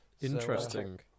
Interesting